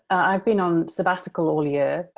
i've been on sabbatical all year,